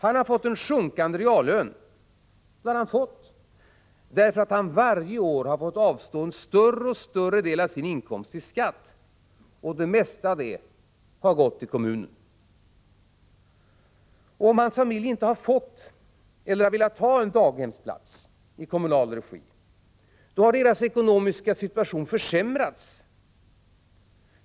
Han har fått en sjunkande reallön, därför att han varje år varit tvungen att avstå en större och större del av sin inkomst i skatt, och det mesta därav har gått till kommunen. Och om hans familj inte fått eller inte velat ha en daghemsplats i kommunal regi, då har familjens ekonomiska situation försämrats.